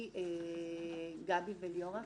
גבי וליאורה,